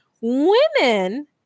Women